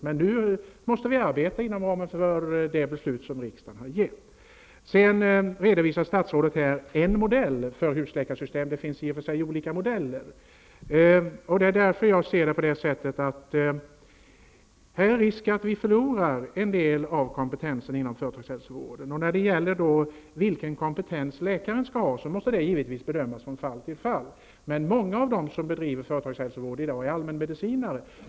Men nu måste vi arbeta inom ramen för det beslut riksdagen har fattat. Statsrådet redovisar en modell för husläkarsystem. Det finns i och för sig olika modeller. Jag anser att det finns en risk för att en del av kompetensen inom företagshälsovården går förlorad. Vilken kompetens läkaren skall ha får givetvis be dömas från fall till fall. Många av de läkare som i dag bedriver företagshälsovård är allmänmedicinare.